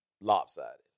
lopsided